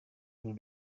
uru